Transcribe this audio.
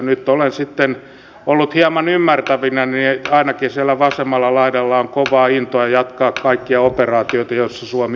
nyt olen ollut hieman ymmärtävinäni että ainakin siellä vasemmalla laidalla on kovaa intoa jatkaa kaikkia operaatioita joissa suomi on mukana